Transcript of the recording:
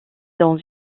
dans